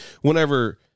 whenever